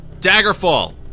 Daggerfall